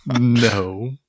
No